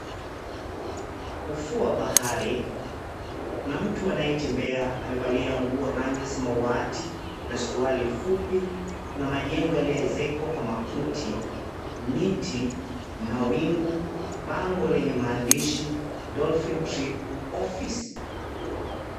Ufuo wa bahari, kuna mtu anayetembea amevalia nguo rangi ya samawati na suruali fupi. Kuna majengo yaliyoezekwa kwa makuti, miti mawingu, bango lenye maandishi, Dolphin Trip Office.